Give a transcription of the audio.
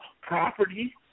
property